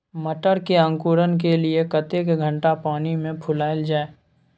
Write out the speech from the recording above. मटर के अंकुरण के लिए कतेक घंटा पानी मे फुलाईल जाय?